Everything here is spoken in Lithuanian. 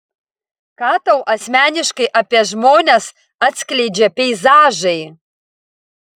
ką tau asmeniškai apie žmones atskleidžia peizažai